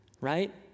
right